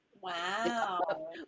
Wow